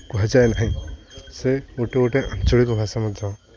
କୁହାଯାଏ ନାହିଁ ସେ ଗୋଟେ ଗୋଟେ ଆଞ୍ଚଳିକ ଭାଷା ମଧ୍ୟ